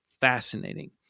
fascinating